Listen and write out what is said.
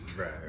Right